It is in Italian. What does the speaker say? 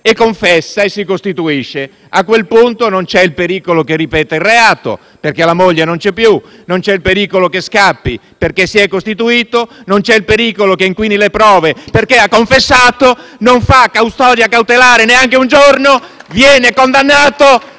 che confessa e si costituisce. A quel punto non c'è pericolo che ripeta il reato perché la moglie non c'è più; non c'è pericolo che scappi perché si è costituito; non c'è pericolo che inquini le prove perché ha confessato; non è sottoposto neanche un giorno a custodia